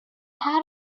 how